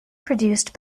produced